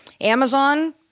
Amazon